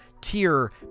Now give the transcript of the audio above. tier